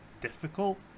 difficult